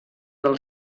del